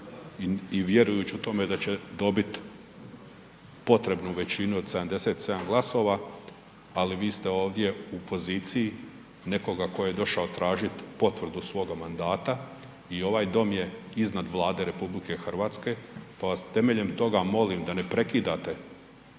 i vjerujući u tome da će dobiti potrebnu većinu od 77 glasova, ali vi ste ovdje u poziciji nekoga tko je došao tražiti potvrdu svoga mandata i ovaj dom je iznad Vlade RH pa vas temeljem toga molim da ne prekidate